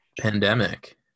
pandemic